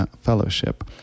Fellowship